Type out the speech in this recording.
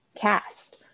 cast